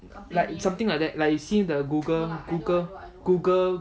like something like that like you see the google google google